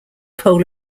poll